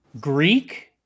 Greek